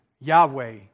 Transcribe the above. Yahweh